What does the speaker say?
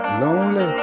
lonely